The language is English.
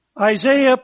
Isaiah